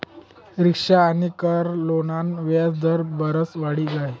rickshaw आनी car लोनना व्याज दर बराज वाढी गया